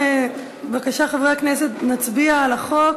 בבקשה, חברי הכנסת, נצביע על החוק.